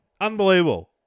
Unbelievable